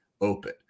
open